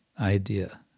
idea